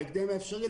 בהקדם האפשרי,